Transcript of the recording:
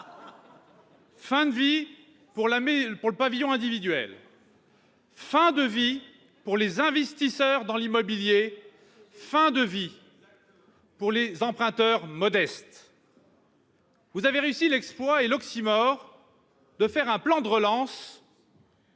fin de vie pour le pavillon individuel ; fin de vie pour les investisseurs dans l'immobilier ; fin de vie pour les emprunteurs modestes. Vous avez réussi l'exploit d'annoncer un plan de relance